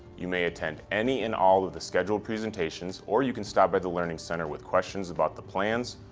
you may attend any and all of the scheduled presentations, or you can stop at the learning center with questions about the plans,